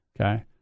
okay